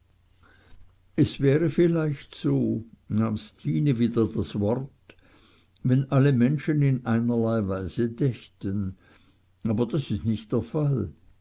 es wäre vielleicht so nahm stine wieder das wort wenn alle menschen in einerlei weise dächten aber das ist nicht der fall